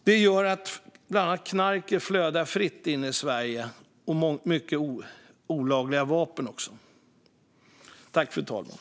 Det gör att bland annat knark och olagliga vapen flödar fritt in i Sverige.